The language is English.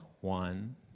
one